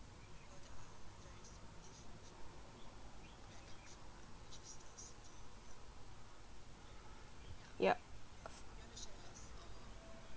yup